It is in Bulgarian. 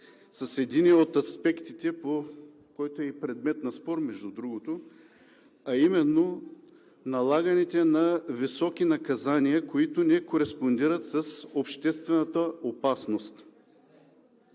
с единия от аспектите, който е и предмет на спор, между другото, а именно налаганите високи наказания, които не кореспондират с обществената опасност.